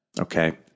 okay